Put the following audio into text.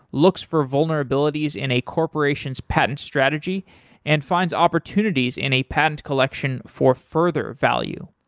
looks for vulnerabilities in a corporation's patent strategy and finds opportunities in a patent collection for further value.